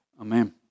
Amen